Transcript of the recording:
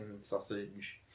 sausage